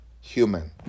human